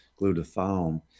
glutathione